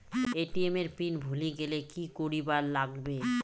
ATM এর pin ভুলি গেলে কি করিবার লাগবে?